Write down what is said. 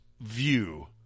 view